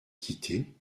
quitter